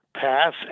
pass